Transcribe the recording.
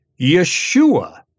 Yeshua